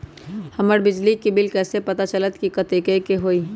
हमर बिजली के बिल कैसे पता चलतै की कतेइक के होई?